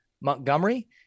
Montgomery